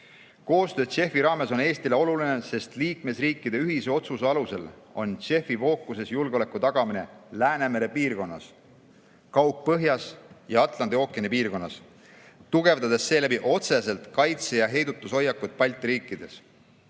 Koostöö JEF‑i raames on Eestile oluline, sest liikmesriikide ühise otsuse alusel on JEF-i fookuses julgeoleku tagamine Läänemere piirkonnas, Kaug‑Põhjas ja Atlandi ookeani piirkonnas, tugevdades seeläbi otseselt kaitse- ja heidutushoiakut Balti riikides.